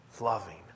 loving